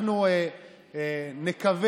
זאת אומרת שזה לא עוזר.